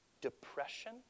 depression